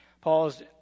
paul's